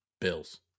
Bills